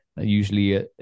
usually